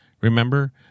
Remember